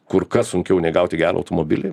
kur kas sunkiau nei gauti gerą automobilį